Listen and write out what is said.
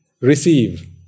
receive